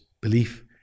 belief